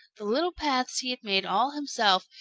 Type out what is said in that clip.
the little paths he had made all himself,